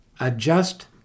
Adjust